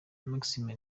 maxime